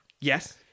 Yes